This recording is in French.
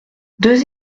deux